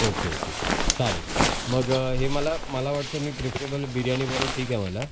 okay okay चालेल मग हे मला मला वाटतं मी प्रिफरेबल बिर्याणीबरोबर ठीक आहे मला